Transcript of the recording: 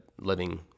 living